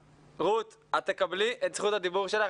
--- רגע, רות, את תקבלי את זכות הדיבור שלך.